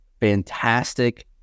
fantastic